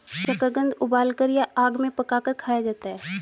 शकरकंद उबालकर या आग में पकाकर खाया जाता है